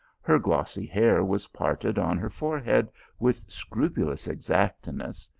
her glossy hair was parted on her forehead with scrupulous exactness,